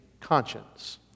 conscience